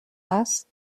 است